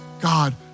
God